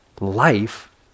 life